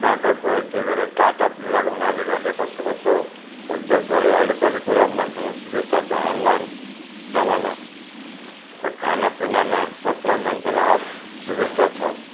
कहाँ कहाँ गए के गरे टाटा बिरलाको मालिकहरूले कस्तो कस्तो उद्योग गरे अहिले कति कुरा मान्छेलाई सुविस्ता छ अनलाइन जमाना खानापिनामा सबलाई मान्छेलाई सुविस्ता छ